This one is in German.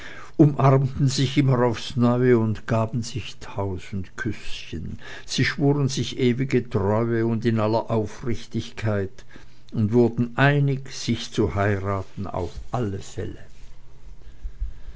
umarmten sich immer aufs neue und gaben sich tausend küßchen sie schwuren sich ewige treue und in aller aufrichtigkeit und wurden einig sich zu heiraten auf alle fälle